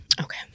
Okay